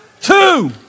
Two